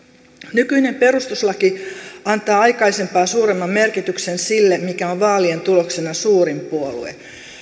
nykyinen perustuslaki antaa aikaisempaa suuremman merkityksen sille mikä on vaa lien tuloksena suurin puolue